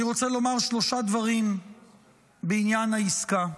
אני רוצה לומר שלושה דברים בעניין העסקה: